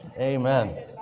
Amen